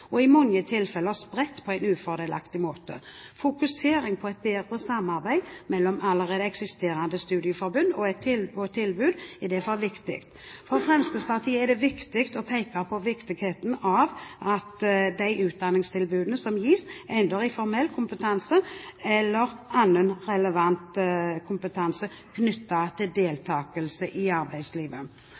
og i mange tilfeller spredt på en ufordelaktig måte. Fokusering på et bedre samarbeid mellom allerede eksisterende studieforbund og tilbud er derfor viktig. For Fremskrittspartiet er det viktig å peke på betydningen av at de utdanningstilbudene som gis, ender i en formell kompetanse eller annen relevant kompetanse knyttet til deltakelse i arbeidslivet.